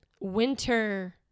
winter